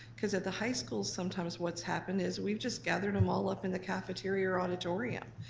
cause at the high schools, sometimes what's happened is, we've just gathered them all up in the cafeteria or auditorium,